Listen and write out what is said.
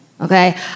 okay